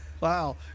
Wow